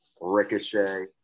Ricochet